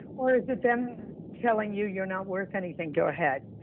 or, is it them telling you you're not worth anything, go ahead,